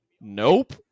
Nope